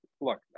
look